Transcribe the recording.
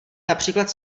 například